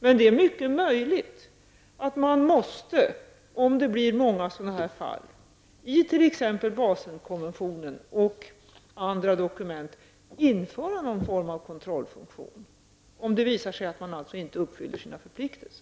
Men det är mycket möjligt att man måste, om det blir många sådana här fall där motttagarlandet inte uppfyller sina förpliktelser, i t.ex. Baselkonventionen och i andra dokument införa någon form av kontrollfunktion.